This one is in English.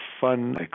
fun